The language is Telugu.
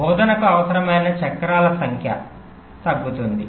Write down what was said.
బోధనకు అవసరమైన చక్రాల సంఖ్య తగ్గుతుంది